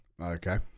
Okay